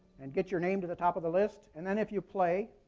and get your name to the top of the list. and then if you play,